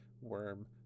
Worm